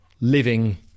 living